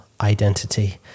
identity